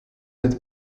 had